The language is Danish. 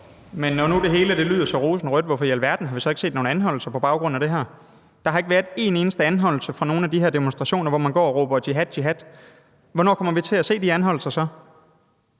Når nu det hele lyder så rosenrødt, hvorfor i alverden har vi så ikke set nogen anholdelser på baggrund af det her? Der har ikke været en eneste anholdelse fra nogen af de her demonstrationer, hvor man går og råber: jihad, jihad. Hvornår kommer vi så til at se de anholdelser?